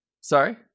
Sorry